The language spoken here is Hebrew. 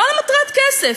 לא למטרת כסף,